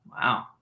Wow